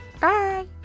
Bye